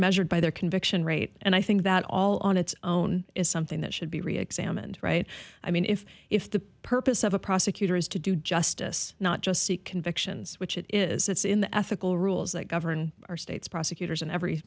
measured by their conviction rate and i think that all on its own is something that should be reexamined right i mean if if the purpose of a prosecutor is to do justice not just seek convictions which it is it's in the ethical rules that govern our state's prosecutors and every